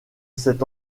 cet